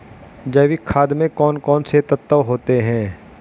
जैविक खाद में कौन कौन से तत्व होते हैं?